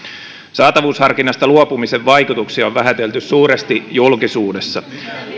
saatavuusharkinnasta luopumisen vaikutuksia on vähätelty suuresti julkisuudessa